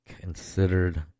considered